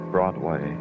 Broadway